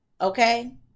okay